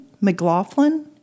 McLaughlin